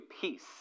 peace